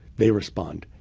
they respond.